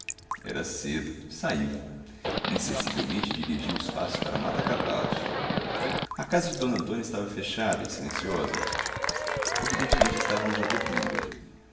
era cedo saiu insensivelmente dirigiu os passos para matacavalos a casa de d antônia estava fechada e silenciosa evidentemente estavam já dormindo